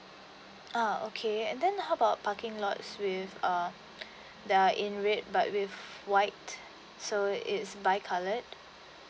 ah okay and then how about parking lots with uh that are in red but with white so it's bi coloured